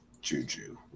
Juju